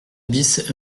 bis